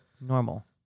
normal